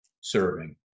serving